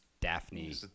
Daphne